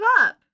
up